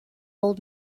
old